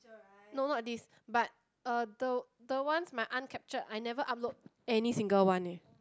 no not this but uh the the ones my aunt captured I never upload any single one leh